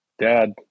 Dad